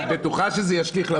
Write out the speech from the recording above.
את בטוחה שזה ישליך לרוחב?